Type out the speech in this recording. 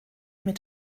mit